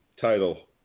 title